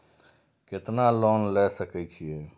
केतना लोन ले सके छीये?